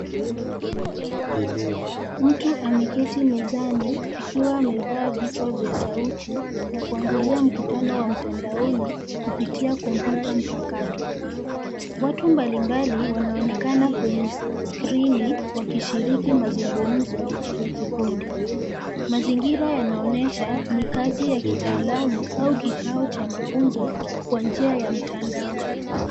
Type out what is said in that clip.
Mtu ameketi mezani, akiwa amevaa vichwa vya sauti, na kuangalia mkutano wa mtandaoni, kupitia kompyuta mpakato, watu mbali mbali wanaonekana kwenye skrini, wakishiriki mazungumzo, ya kikundi, mazingira yanaonyesha ni kazi ya kitaalamu au kikao cha mafunzo, kwa njia ya mtandao.